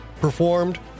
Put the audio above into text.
Performed